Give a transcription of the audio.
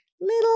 little